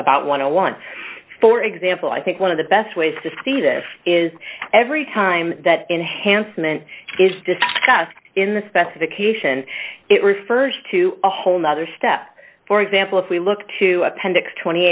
and one for example i think one of the best ways to see this is every time that enhancement is discussed in the specification it refers to a whole nother step for example if we look to appendix twenty